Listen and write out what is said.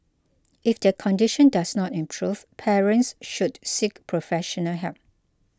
if their condition does not improve parents should seek professional help